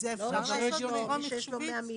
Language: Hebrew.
את זה אפשר לעשות בצורה מחשובית?